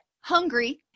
hungry